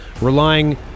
relying